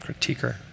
critiquer